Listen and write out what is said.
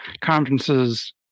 conferences